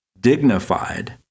dignified